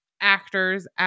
actors